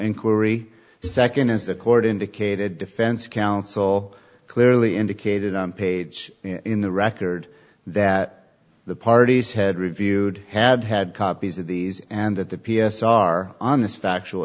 inquiry second is the court indicated defense counsel clearly indicated on page in the record that the parties had reviewed had had copies of these and that the p s r on this factual